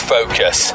Focus